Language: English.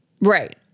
Right